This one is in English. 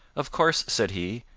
of course, said he,